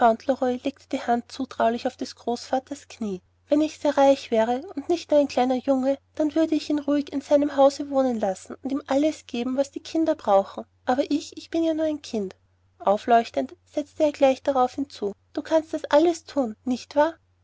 die hand zutraulich auf des großvaters knie wenn ich sehr reich wäre und nicht nur ein kleiner junge dann würde ich ihn ruhig in seinem hause wohnen lassen und würde ihm alles geben was die kinder brauchen aber ich ich bin ja nur ein kind aufleuchtend setzte er gleich darauf hinzu du kannst das alles thun nicht wahr